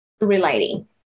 relating